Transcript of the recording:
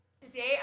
Today